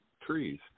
trees